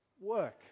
work